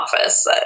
office